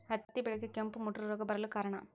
ಹತ್ತಿ ಬೆಳೆಗೆ ಕೆಂಪು ಮುಟೂರು ರೋಗ ಬರಲು ಕಾರಣ?